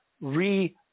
re